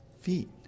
feet